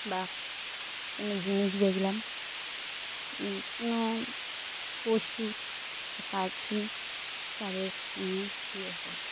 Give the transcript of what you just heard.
বা কোনো জিনিস দেখলাম কোনো পশু বা পাখি তাদের নিয়ে ভিডিও করি